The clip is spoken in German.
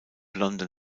london